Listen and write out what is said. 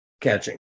catching